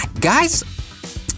Guys